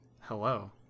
Hello